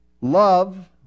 Love